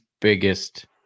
biggest